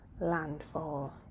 landfall